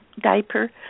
diaper